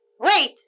Wait